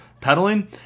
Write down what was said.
pedaling